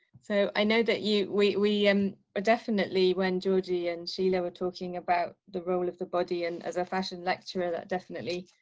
so i know that you we we um are definitely when georgie and she never talking about the role of the body and as a fashion lecturer that definitely